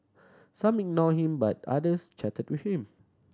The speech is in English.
some ignored him but others chatted with him